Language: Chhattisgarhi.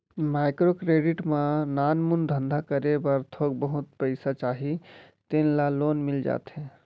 माइक्रो क्रेडिट म नानमुन धंधा करे बर थोक बहुत पइसा चाही तेन ल लोन मिल जाथे